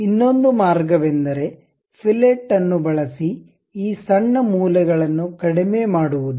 ಇನ್ನೊಂದು ಮಾರ್ಗವೆಂದರೆ ಫಿಲೆಟ್ ಅನ್ನು ಬಳಸಿ ಈ ಸಣ್ಣ ಮೂಲೆಗಳನ್ನು ಕಡಿಮೆ ಮಾಡುವದು